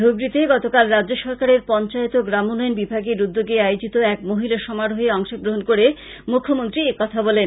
ধুবড়ীতে গতকাল রাজ্যসরকারের পঞ্চায়েত ও গ্রামন্নেয়ন বিভাগের উদ্যোগে আয়োজিত এক মহিলা সমারোহে অংশ গ্রহন করে মুখ্যমন্ত্রী একথা বলেন